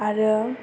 आरो